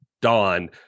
dawn